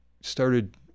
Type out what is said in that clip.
started